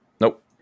Nope